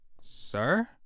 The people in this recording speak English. Sir